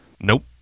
Nope